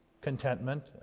contentment